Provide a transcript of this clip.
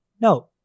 No